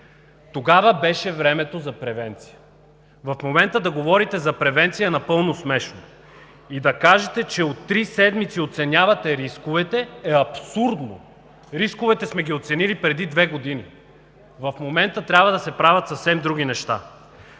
Тогава беше времето за превенция! Да говорите за превенция в момента е напълно смешно! Да кажете, че от три седмици оценявате рисковете е абсурдно! Рисковете сме оценили преди две години. В момента трябва да се правят съвсем други неща.